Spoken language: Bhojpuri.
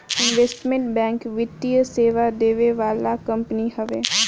इन्वेस्टमेंट बैंक वित्तीय सेवा देवे वाला कंपनी हवे